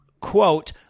quote